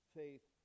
faith